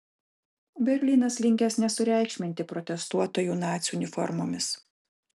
berlynas linkęs nesureikšminti protestuotojų nacių uniformomis